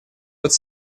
под